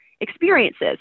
experiences